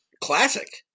Classic